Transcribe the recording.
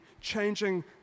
changing